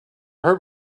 heard